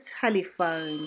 telephone